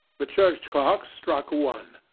the church-clock struck one.